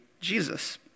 Jesus